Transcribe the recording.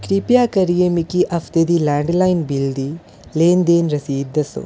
किरपा करियै मिगी हफ्ते दे लैंडलाइन बिल्ल दी लैन देन रसीद दस्सो